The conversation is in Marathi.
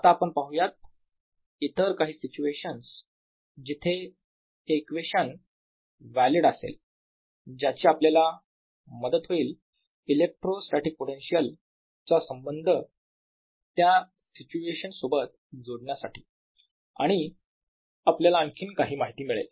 आता आपण पाहूयात इतर काही सिच्युएशन्स जिथे हे इक्वेशन व्हॅलिड असेल ज्याची आपल्याला मदत होईल इलेक्ट्रोस्टॅटीक पोटेन्शिअल चा संबंध त्या सिच्युएशन्स सोबत जोडण्यासाठी आणि आपल्याला आणखी काही माहिती मिळेल